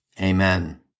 Amen